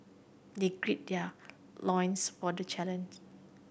they gird their loins for the challenge